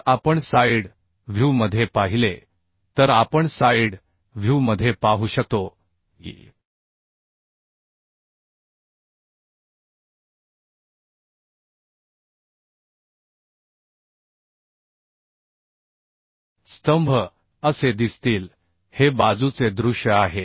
जर आपण side view मध्ये पाहिले तर आपणसाइड व्ह्यू मध्ये पाहू शकतो की स्तंभ असे दिसतील हे बाजूचे दृश्य आहे